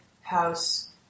House